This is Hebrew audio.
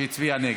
שהצביע נגד.